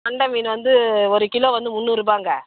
கெண்டை மீன் வந்து ஒரு கிலோ வந்து முந்நூறுபாங்க